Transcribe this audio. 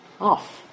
off